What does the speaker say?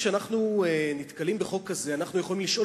כשאנחנו נתקלים בחוק כזה אנחנו יכולים לשאול